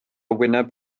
wyneb